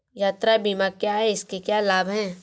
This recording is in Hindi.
यात्रा बीमा क्या है इसके क्या लाभ हैं?